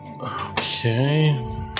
Okay